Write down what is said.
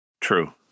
True